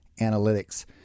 analytics